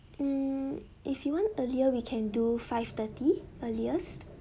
hmm if you want earlier we can do five thirty earliest